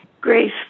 Grace